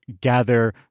gather